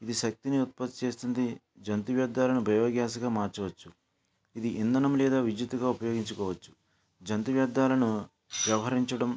ఇది శక్తిని ఉత్తపత్తి చేస్తుంది జంతు వ్యర్ధాలను బయోగ్యాస్గా మార్చవచ్చు ఇది ఇంధనం లేదా విద్యుత్తుగా ఉపయోగించుకోవచ్చు జంతు వ్యర్ధాలను వ్యవహరించడం